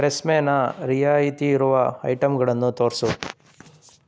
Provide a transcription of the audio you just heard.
ಟ್ರೆಸ್ಮೆನ ರಿಯಾಯಿತಿಯಿರುವ ಐಟಮ್ಗಳನ್ನು ತೋರಿಸು